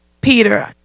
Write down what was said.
Peter